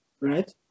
right